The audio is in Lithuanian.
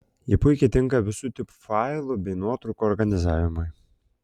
ji puikiai tinka visų tipų failų bei nuotraukų organizavimui